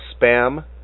spam